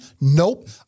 Nope